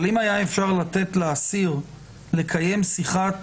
אבל אם היה אפשר לתת לאסיר לקיים שיחת